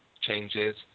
changes